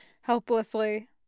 helplessly